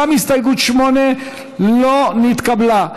גם הסתייגות 8 לא נתקבלה.